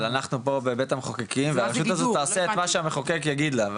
אבל אנחנו פה בבית המחוקקים והרשות הזאת תעשה את מה שהמחוקק יגיד לה,